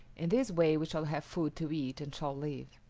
in this way we shall have food to eat and shall live.